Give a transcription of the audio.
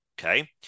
Okay